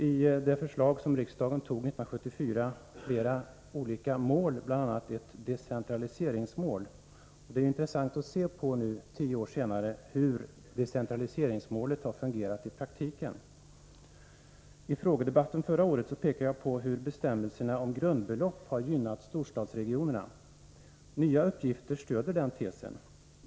I det förslag som riksdagen antog 1974 fanns flera olika mål, bl.a. ett decentraliseringsmål. Det är intressant att nu, tio år senare, se hur den målsättningen fungerat i praktiken. I frågedebatten förra året pekade jag på hur bestämmelserna om grundbelopp har gynnat storstadsregionerna. Nya uppgifter stöder den tesen.